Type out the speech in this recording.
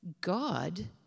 god